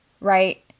right